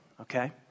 okay